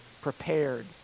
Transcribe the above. prepared